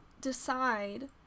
decide